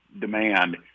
demand